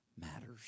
matters